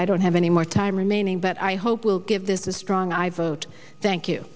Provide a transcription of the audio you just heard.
i don't have any more time remaining but i hope we'll give this the strong i vote thank you